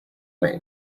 may